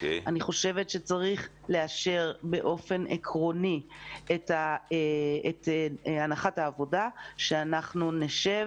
אני חושבת שצריך לאשר באופן עקרוני את הנחת העבודה שאנחנו נשב